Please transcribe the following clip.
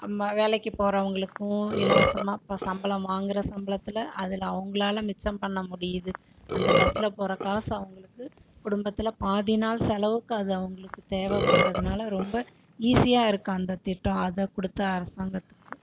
ஆமா வேலைக்கி போறவங்களுக்கும் இலவசமாக இப்போ சம்பளம் வாங்குகிற சம்பளத்தில் அதில் அவங்களால மிச்சம் பண்ண முடியுது அந்த பஸ்ஸில் போகிற காசு அவர்களுக்கு குடும்பத்தில் பாதி நாள் செலவுக்கு அது அவர்களுக்கு தேவைப்படுறதுனால ரொம்ப ஈஸியாக இருக்குது அந்த திட்டம் அதைக் கொடுத்த அரசாங்கத்துக்கு